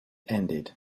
ended